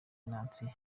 venantia